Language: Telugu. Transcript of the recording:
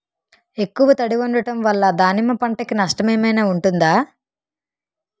ఎక్కువ తడి ఉండడం వల్ల దానిమ్మ పంట కి నష్టం ఏమైనా ఉంటుందా?